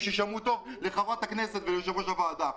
שיישמעו טוב לחברת הכנסת יושבת-ראש הוועדה.